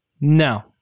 no